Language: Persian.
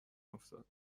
افتاد